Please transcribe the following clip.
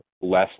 less